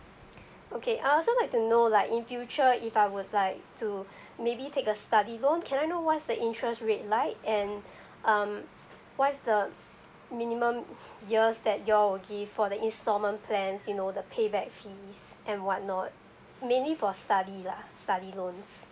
okay uh I also like to know like in future if I would like to maybe take a study loan can I know what's the interest rate like and um what's the minimum years that you all will give for the instalment plans you know the pay back fees and whatnot mainly for study lah study loans